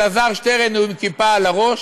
אלעזר שטרן הוא עם כיפה על הראש,